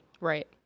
Right